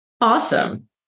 Awesome